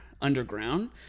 underground